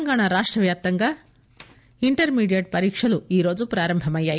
తెలంగాణా రాష్టవ్యాప్తంగా ఇంటర్మీడియెట్ పరీక్షలు ఈరోజు ప్రారంభమయ్యాయి